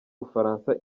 bufaransa